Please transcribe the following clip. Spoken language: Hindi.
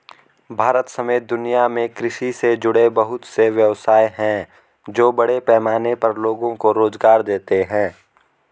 भारत समेत दुनिया में कृषि से जुड़े बहुत से व्यवसाय हैं जो बड़े पैमाने पर लोगो को रोज़गार देते हैं